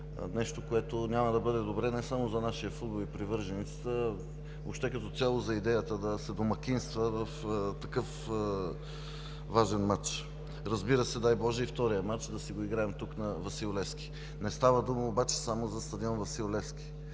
нещо, което няма да бъде добре не само за нашия футбол и привържениците му, а като цяло за идеята да се домакинства в такъв важен мач. Разбира се, дай боже, и втория мач да си го играем тук на „Васил Левски“, но не става дума само за стадион „Васил Левски“.